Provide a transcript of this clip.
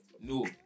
no